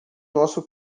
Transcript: nosso